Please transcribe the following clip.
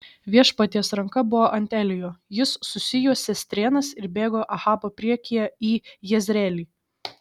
viešpaties ranka buvo ant elijo jis susijuosė strėnas ir bėgo ahabo priekyje į jezreelį